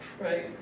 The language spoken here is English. right